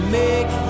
make